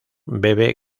bebe